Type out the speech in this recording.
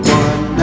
one